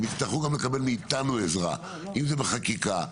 הם יצטרכו גם לקבל מאיתנו עזרה אם זה בחקיקה.